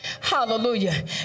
Hallelujah